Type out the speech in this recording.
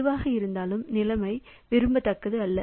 எதுவாக இருந்தாலும் நிலைமை விரும்பத்தக்கது அல்ல